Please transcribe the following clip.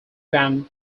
band